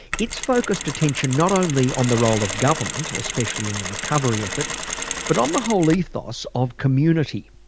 it's focused attention not only on the role of government, especially in the recovery effort, but on the whole ethos of community.